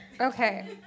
Okay